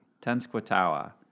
Tenskwatawa